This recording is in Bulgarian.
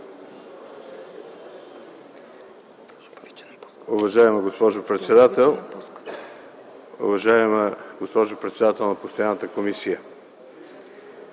Уважаема госпожо председател, уважаема госпожо председател на постоянната комисия!